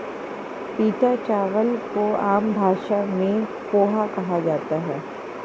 पीटा चावल को आम भाषा में पोहा कहा जाता है